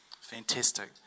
Fantastic